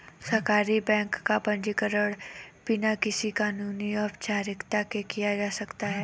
सहकारी बैंक का पंजीकरण बिना किसी कानूनी औपचारिकता के किया जा सकता है